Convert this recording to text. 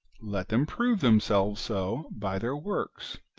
let them prove themselves so by their works,